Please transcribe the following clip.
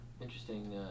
Interesting